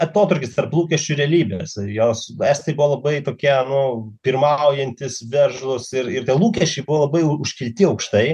atotrūkis tarp lūkesčių ir realybės jos estai buvo labai tokie nu pirmaujantys veržlūs ir ir tie lūkesčiai buvo labai užkelti aukštai